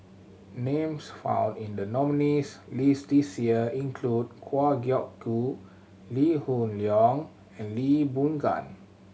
names found in the nominees' list this year include Kwa Geok Goo Lee Hoon Leong and Lee Boon Gan